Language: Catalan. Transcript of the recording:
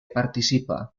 participa